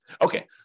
Okay